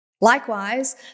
Likewise